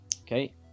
Okay